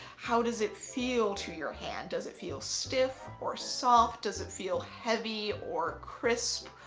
how does it feel to your hand? does it feel stiff or soft, does it feel heavy or crisp,